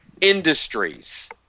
industries